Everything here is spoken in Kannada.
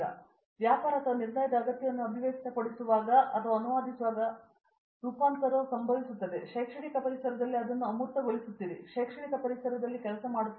ಆದ್ದರಿಂದ ನೀವು ವ್ಯಾಪಾರ ಅಥವಾ ನಿರ್ಣಯದ ಅಗತ್ಯವನ್ನು ಅಭಿವ್ಯಕ್ತಪಡಿಸುತ್ತಿರುವಾಗ ಅಥವಾ ಅನುವಾದಿಸುವಾಗ ಮೊದಲ ರೂಪಾಂತರವು ಸಂಭವಿಸುತ್ತದೆ ನೀವು ಶೈಕ್ಷಣಿಕ ಪರಿಸರದಲ್ಲಿ ಅದನ್ನು ಅಮೂರ್ತಗೊಳಿಸುತ್ತಿದ್ದೀರಿ ನೀವು ಆ ಶೈಕ್ಷಣಿಕ ಪರಿಸರದಲ್ಲಿ ಕೆಲಸ ಮಾಡುತ್ತಿದ್ದೀರಿ